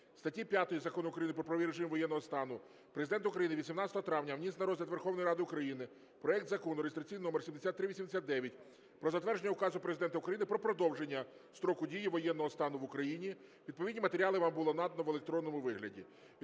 статті 5 Закону України "Про правовий режим воєнного стану" Президент України від 17 травня вніс на розгляд Верховної Ради України проект Закону (реєстраційний номер 7389) про затвердження Указу Президента України "Про продовження строку дії воєнного стану в Україні". Відповідні матеріали вам було надано в електронному вигляді.